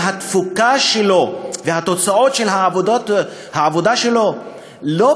שהתפוקה שלו והתוצאות של העבודה שלו הן